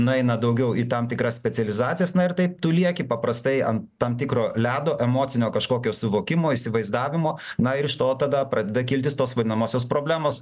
nueina daugiau į tam tikras specializacijas na ir taip tu lieki paprastai ant tam tikro ledo emocinio kažkokio suvokimo įsivaizdavimo na ir iš to tada pradeda kiltis tos vadinamosios problemos